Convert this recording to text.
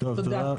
תודה.